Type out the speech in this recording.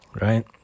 right